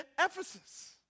Ephesus